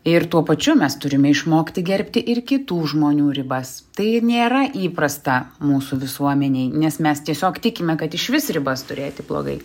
ir tuo pačiu mes turime išmokti gerbti ir kitų žmonių ribas tai nėra įprasta mūsų visuomenėj nes mes tiesiog tikime kad išvis ribas turėti blogai